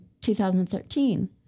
2013